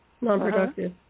non-productive